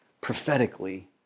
prophetically